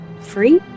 free